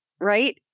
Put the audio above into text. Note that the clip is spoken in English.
right